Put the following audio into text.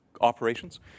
operations